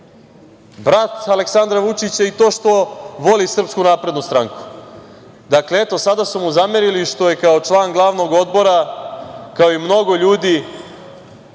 brat Aleksandra Vučića i to što voli SNS. Dakle, eto, sada su mu zamerili što kao član glavnog odbora, kao i mnogo ljudi,